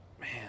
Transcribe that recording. man